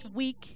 week